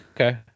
okay